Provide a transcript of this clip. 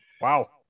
Wow